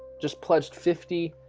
just pledged fifty